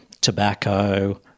tobacco